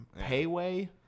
Payway